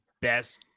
best